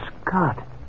Scott